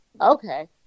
Okay